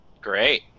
Great